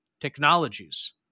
technologies